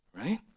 right